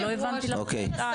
לא הבנתי למה שנתיים.